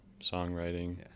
songwriting